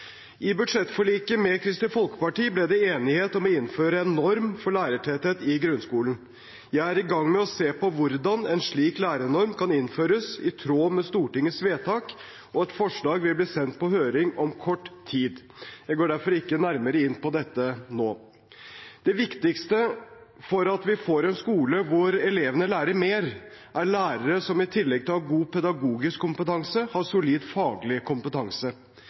I budsjettforliket med Kristelig Folkeparti ble det enighet om å innføre en norm for lærertetthet i grunnskolen. Jeg er i gang med å se på hvordan en slik lærernorm kan innføres i tråd med Stortingets vedtak, og et forslag vil bli sendt på høring om kort tid. Jeg går derfor ikke nærmere inn på dette nå. Det viktigste for at vi skal få en skole hvor elevene lærer mer, er lærere som i tillegg til å ha god pedagogisk kompetanse har solid faglig kompetanse.